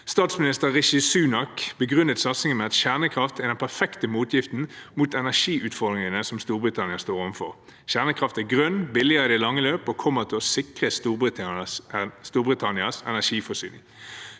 Statsminister Rishi Sunak begrunnet satsingen med at kjernekraft er den perfekte motgiften mot energiutfordringene som Storbritannia står overfor. Kjernekraft er grønn, billigere i det lange løp og kommer til å sikre Storbritannias energiforsyning.